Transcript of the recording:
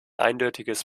eindeutiges